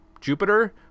Jupiter